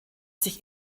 sich